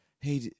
Hey